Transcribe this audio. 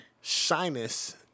Shyness